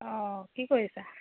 অঁ কি কৰিছা